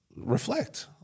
reflect